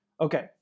Okay